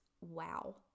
wow